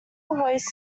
hoist